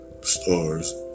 stars